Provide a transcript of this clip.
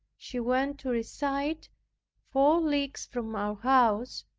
she went to reside four leagues from our house,